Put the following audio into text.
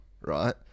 right